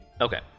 Okay